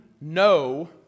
no